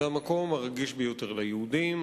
זה המקום הרגיש ביותר ליהודים,